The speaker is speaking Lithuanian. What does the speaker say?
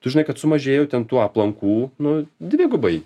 tu žinai kad sumažėjo ten tų aplankų nu dvigubai